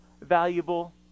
valuable